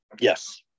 yes